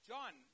John